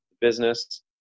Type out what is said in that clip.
business